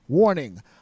Warning